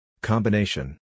Combination